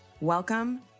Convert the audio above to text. Welcome